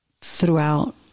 throughout